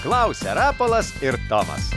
klausia rapolas ir tomas